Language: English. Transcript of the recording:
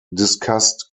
discussed